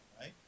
right